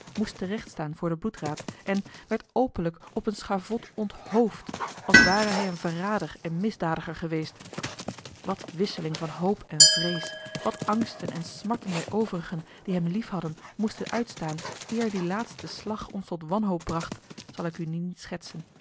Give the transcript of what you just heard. moest terechtstaan voor den bloedraad en werd openlijk op een schavot onthoofd als ware hij een verrader en misdadiger geweest wat wisseling van hoop en vrees wat angsten en smarten wij overigen die hem liefhadden moesten uitstaan eer die laatste slag ons tot wanhoop bracht zal ik u nu niet schetsen